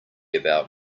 about